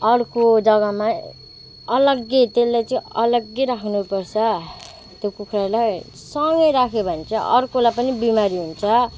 अर्को जग्गामा अलगै त्यसले चाहिँ अलगै राख्नुपर्छ तो कुखुरालाई सँगै राख्यो भने चाहिँ अर्कोलाई पनि बिमारी हुन्छ